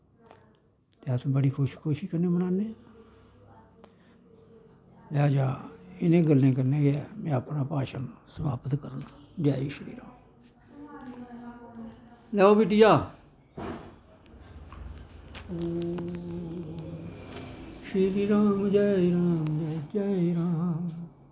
ते अस बड़ी खुशी खुशी कन्नै मनान्ने आं लैजा इ'नें गल्लैं कन्नै गै में अपना भाशन समाप्त करङ जै श्री राम लेओ बिटिया श्री राम जय जय राम